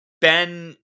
Ben